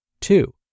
Two